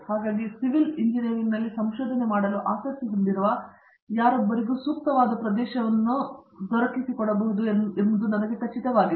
ಹಾಗಾಗಿ ಸಿವಿಲ್ ಎಂಜಿನಿಯರಿಂಗ್ನಲ್ಲಿ ಸಂಶೋಧನೆ ಮಾಡಲು ಆಸಕ್ತಿ ಹೊಂದಿರುವ ಯಾರೊಬ್ಬರಿಗೂ ಸೂಕ್ತವಾದ ಪ್ರದೇಶವನ್ನು ಹುಡುಕಬಹುದು ಎಂದು ನನಗೆ ಖಚಿತವಾಗಿದೆ